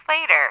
later